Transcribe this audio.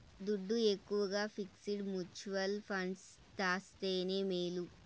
దుడ్డు ఎక్కవగా fixed mutual funds దాస్తేనే మేలు